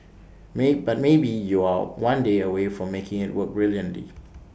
may but maybe you're one day away from making IT work brilliantly